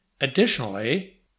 additionally